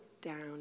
down